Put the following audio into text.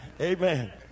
Amen